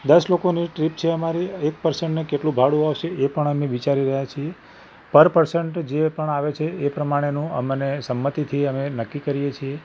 દસ લોકોની ટ્રીપ છે અમારી એક પર્સનને કેટલું ભાડું આવશે એ પણ અમે વિચારી રહ્યા છીએ પર પર્સન જે પણ આવે છે એ પ્રમાણેનું અમને સંમતિથી અમે નક્કી કરીએ છીએ